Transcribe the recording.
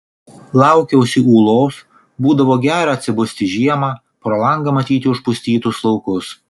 laukiausi ūlos būdavo gera atsibusti žiemą pro langą matyti užpustytus laukus